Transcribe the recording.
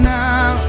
now